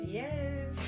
yes